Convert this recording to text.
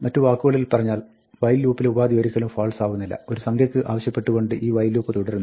മറ്റു വാക്കുകളിൽ പറഞ്ഞാൽ വൈൽ ലൂപ്പിലെ ഉപാധി ഒരിക്കലും ഫാൾസ് ആവുന്നില്ല ഒരു സംഖ്യയ്ക്ക് ആവശ്യപ്പെട്ടുകൊണ്ട് ഈ വൈൽ ലൂപ്പ് തുടരുന്നു